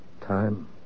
time